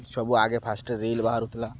ସବୁ ଆଗେ ଫାଷ୍ଟେରେ ରିଲ୍ ବାହାରୁଥିଲା